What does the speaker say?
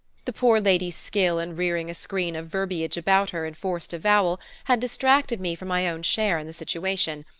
the poor lady's skill in rearing a screen of verbiage about her enforced avowal had distracted me from my own share in the situation,